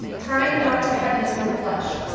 trying not to cut into the flesh.